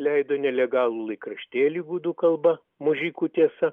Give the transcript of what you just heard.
leido nelegalų laikraštėlį gudų kalba mužikų tiesa